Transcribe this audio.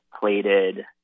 Plated